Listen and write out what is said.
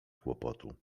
kłopotu